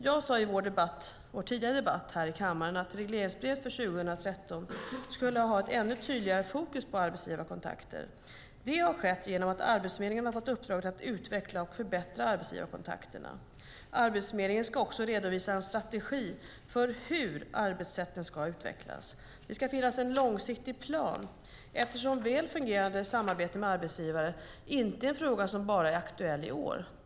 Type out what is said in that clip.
Jag sade i vår tidigare debatt här i kammaren att regleringsbrevet för 2013 skulle ha ännu tydligare fokus på arbetsgivarkontakter. Det har skett genom att Arbetsförmedlingen har fått uppdraget att utveckla och förbättra arbetsgivarkontakterna. Arbetsförmedlingen ska också redovisa en strategi för hur arbetssätten ska utvecklas. Det ska finnas en långsiktig plan, eftersom väl fungerande samarbete med arbetsgivare inte är en fråga som bara är aktuell i år.